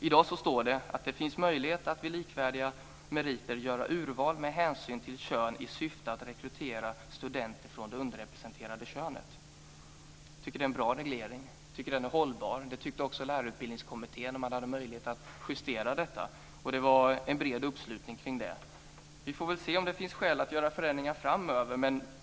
I dag står det att det finns möjlighet att vid likvärdiga meriter göra urval med hänsyn till kön i syfte att rekrytera studenter från det underrepresenterade könet. Jag tycker att det är en bra reglering. Jag tycker att den är hållbar. Det tyckte också Lärarutbildningskommittén när man hade möjlighet att justera detta. Det var en bred uppslutning kring det. Vi får se om det finns skäl att göra förändringar framöver.